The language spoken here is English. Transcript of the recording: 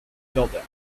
building